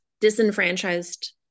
disenfranchised